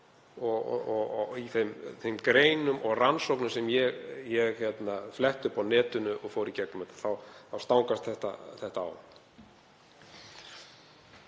og í þeim greinum og rannsóknum sem ég fletti upp á netinu og fór í gegnum þá stangast þetta á.